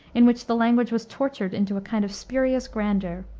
in which the language was tortured into a kind of spurious grandeur,